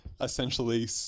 essentially